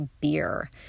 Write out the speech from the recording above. beer